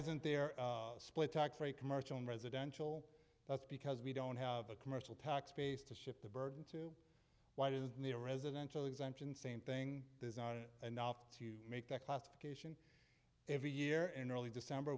isn't there a split tax rate commercial and residential that's because we don't have a commercial tax base to ship the burden to why does it need a residential exemption same thing there's not enough to make that classification every year in early december